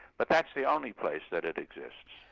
but that's the only place that it exists.